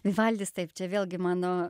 vivaldis taip čia vėlgi mano